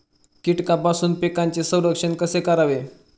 कीटकांपासून पिकांचे संरक्षण कसे करावे?